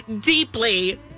deeply